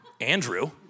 Andrew